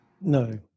No